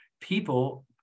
people